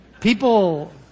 People